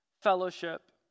fellowship